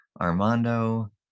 armando